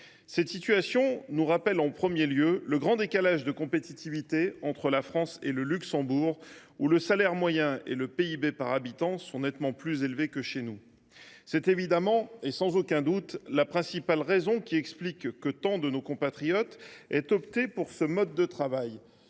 Cette situation nous rappelle tout d’abord le grand décalage de compétitivité entre la France et le Luxembourg, où le salaire moyen et le PIB par habitant sont nettement plus élevés que chez nous. C’est évidemment et sans aucun doute la principale raison qui explique qu’autant de nos compatriotes aient opté pour ce mode de travail.